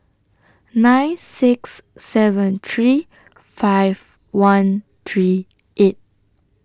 nine six seven three five one three eight